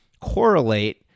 correlate